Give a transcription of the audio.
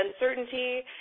uncertainty